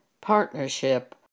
partnership